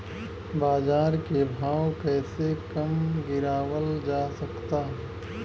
बाज़ार के भाव कैसे कम गीरावल जा सकता?